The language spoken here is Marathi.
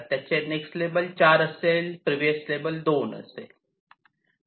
त्याचे हे नेक्स्ट लेबल 4 असे असेल प्रिव्हिएस लेबल 2 असेल